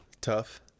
tough